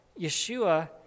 yeshua